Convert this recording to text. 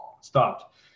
stopped